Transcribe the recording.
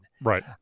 right